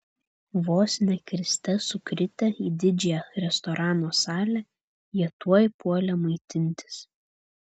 vos ne kriste sukritę į didžiąją restorano salę jie tuoj puolė maitintis